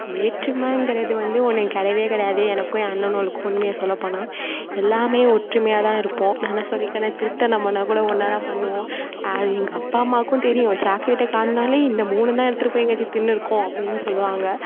வேற்றுமைங்கறது வந்து ஒன்று கிடையவே கெடையாது எனக்கும் என் அண்ணணுவொளுக்கும் உண்மையை சொல்லப்போனால் எல்லாமே ஒற்றுமையாக தான் இருப்போம் நான் தான் சொல்லிட்டேனே திருட்டுத்தனம் பண்ணால் கூட ஒன்றா தான் பண்ணுவோம் எங்கள் அப்பா அம்மாவுக்கும் தெரியும் சாக்லேட்டை காணும்னாலே இந்த மூணும் தான் எடுத்திருக்கும் எங்கேயாச்சும் தின்னுருக்கும் அப்படினு சொல்லுவாங்க